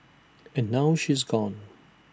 and now she is gone